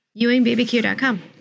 ewingbbq.com